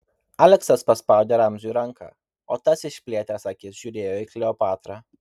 aleksas paspaudė ramziui ranką o tas išplėtęs akis žiūrėjo į kleopatrą